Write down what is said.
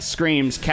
Screams